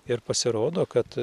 ir pasirodo kad